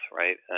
right